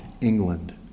England